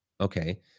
okay